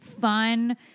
fun